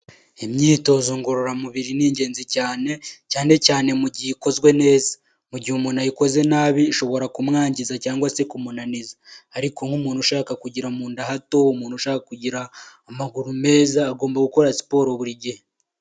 Imyitozo ngororamubiri n’ingenzi cyane, cyane cyane mu gihe ikozwe neza, mu gihe umuntu ayikoze nabi ishobora kumwangiza, cyangwa se kumunaniza ariko nk'umuntu ushaka kugira munda hato, umuntu ushaka kugira amaguru meza agomba gukora siporo buri gihe.